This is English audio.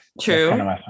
true